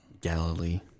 Galilee